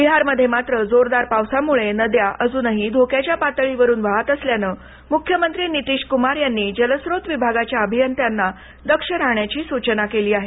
बिहारमध्ये मात्र जोरदार पावसामुळं नद्या अजूनही धोक्याच्या पातळीवरून वहात असल्यानं मुख्यमंत्री नितीश कुमार यांनी जलस्त्रोत विभागाच्या अभियंत्यांना दक्ष राहण्याची सूचना केली आहे